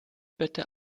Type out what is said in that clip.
bitte